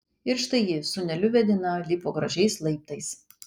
ir štai ji sūneliu vedina lipo gražiais laiptais